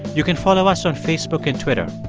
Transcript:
you can follow us on facebook and twitter.